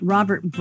Robert